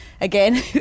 again